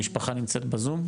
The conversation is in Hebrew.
המשפחה נמצאת בזום?